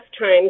times